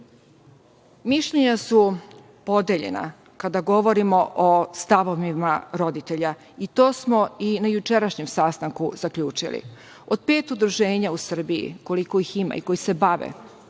mišljenja su podeljena kada govorimo o stavovima roditelja i to smo i na jučerašnjem sastanku zaključili. Od pet udruženja u Srbiji, koliko ih ima i koji se bave